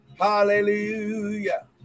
Hallelujah